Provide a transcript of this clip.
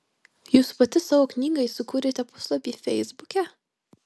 jūs pati savo knygai sukūrėte puslapį feisbuke